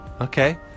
Okay